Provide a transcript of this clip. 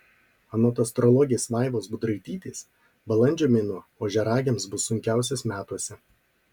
anot astrologės vaivos budraitytės balandžio mėnuo ožiaragiams bus sunkiausias metuose